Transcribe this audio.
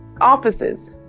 offices